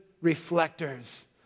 reflectors